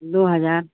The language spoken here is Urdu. دو ہزار